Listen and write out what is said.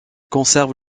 conserve